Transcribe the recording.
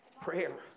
Prayer